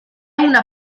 una